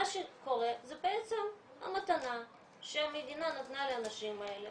מה שקורה זה בעצם מתנה שהמדינה נתנה לאנשים האלה,